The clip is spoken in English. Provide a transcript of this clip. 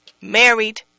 married